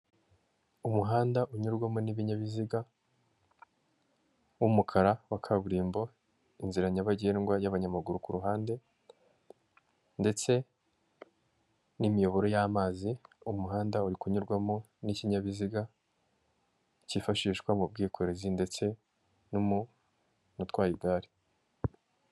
Umuhanda unyurwamo n'ibinyabiziga w'umukara wa kaburimbo, inzira nyabagendwa y'abanyamaguru ku ruhande ndetse n'imiyoboro y'amazi, umuhanda uri kunyurwamo n'ikinyabiziga cyifashishwa mu bwikorezi ndetse n'umuntu utwaye igare.